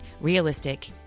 realistic